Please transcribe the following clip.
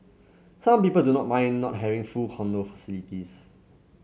some people do not mind not having full condo facilities